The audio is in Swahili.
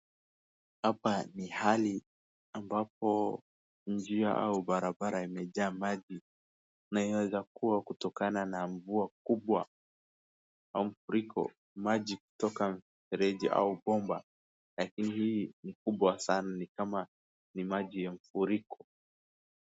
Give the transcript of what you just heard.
Hapa ni hali ambapo njia au barabara yamejaa maji na yaweza kuwa kutokana na mvua kubwa ama mafuriko maji kutoka mfereji au bomba lakini hii ni kubwa sana nikama ni maji ya mfuriko.